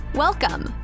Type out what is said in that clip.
Welcome